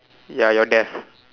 ya your death